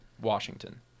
washington